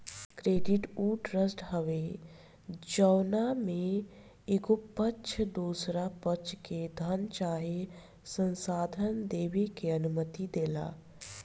credit उ trust हवे जवना में एगो पक्ष दोसरा पक्ष के धन चाहे संसाधन देबे के अनुमति देला